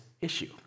issue